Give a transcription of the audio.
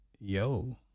yo